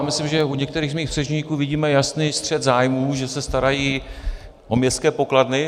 Myslím, že u některých z mých předřečníků vidíme jasný střet zájmů, že se starají o městské pokladny.